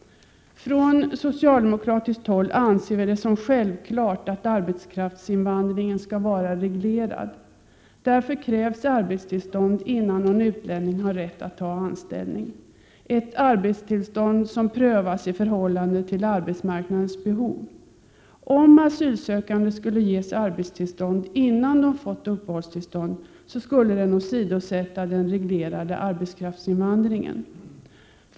Från socialdemokratiskt håll anser vi det som självklart att arbetskraftsinvandringen skall vara reglerad. Därför krävs arbetstillstånd innan någon utlänning har rätt att ta anställning — ett arbetstillstånd som prövas i förhållande till arbetsmarknadens behov. Om asylsökande skulle ges arbets tillstånd innan de fått uppehållstillstånd, skulle man åsidosätta den reglerade arbetskraftsinvandringen.